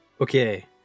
Okay